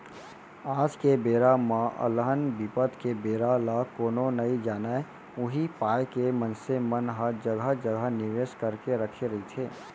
आज के बेरा म अलहन बिपत के बेरा ल कोनो नइ जानय उही पाय के मनसे मन ह जघा जघा निवेस करके रखे रहिथे